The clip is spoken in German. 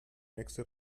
nächste